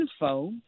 info